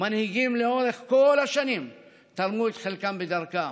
ומנהיגים לאורך כל השנים תרמו את חלקם בדרכם: